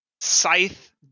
scythe